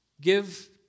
Give